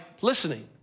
listening